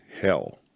hell